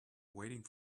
waiting